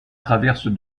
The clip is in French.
traverse